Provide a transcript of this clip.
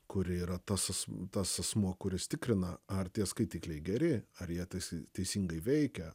kuri yra tas as tas asmuo kuris tikrina ar tie skaitikliai geri ar jie tarsi teisingai veikia